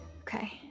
Okay